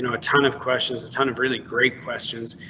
and a ton of questions. a ton of really great questions.